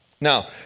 Now